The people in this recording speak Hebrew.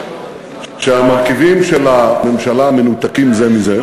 שהמרכיבים של הממשלה מנותקים זה מזה,